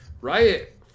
Riot